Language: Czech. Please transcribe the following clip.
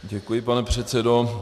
Děkuji, pane předsedo.